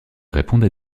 répondent